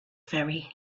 very